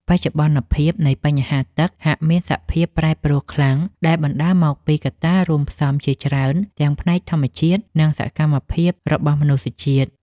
បច្ចុប្បន្នភាពនៃបញ្ហាទឹក ហាក់មានសភាពប្រែប្រួលខ្លាំងដែលបណ្តាលមកពីកត្តារួមផ្សំជាច្រើនទាំងផ្នែកធម្មជាតិ និង សកម្មភាពរបស់មនុស្សជាតិ។